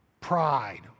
pride